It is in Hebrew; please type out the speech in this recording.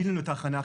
עלינו לתחנה,